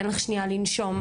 אין לך שנייה לנשום.